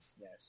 Yes